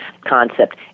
concept